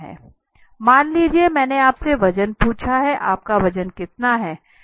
मान लीजिए मैंने आपसे वजन पूछा है आपका वजन कितना है